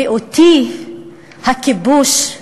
ואותי הכיבוש,